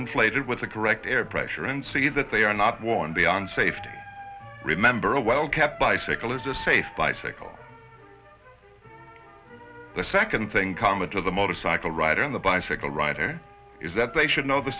inflated with the correct air pressure and see that they are not worn beyond safety remember a well kept bicycle is a safe bicycle the second thing common to the motorcycle rider on the bicycle rider is that they should know the